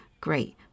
Great